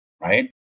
right